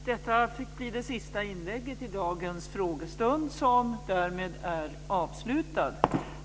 Detta fick bli det sista inlägget i dagens frågestund som därmed är avslutad.